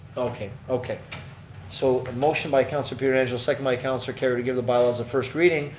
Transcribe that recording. okay. okay so a motion by counselor pietrangelo, second by counselor kerrio, to give the bylaws a first reading,